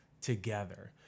together